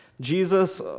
Jesus